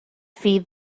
feed